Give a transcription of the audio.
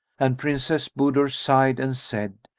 and princess budur sighed and said,